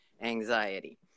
anxiety